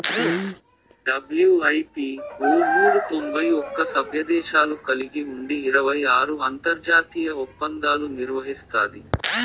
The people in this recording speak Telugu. డబ్ల్యూ.ఐ.పీ.వో నూరు తొంభై ఒక్క సభ్యదేశాలు కలిగి ఉండి ఇరవై ఆరు అంతర్జాతీయ ఒప్పందాలు నిర్వహిస్తాది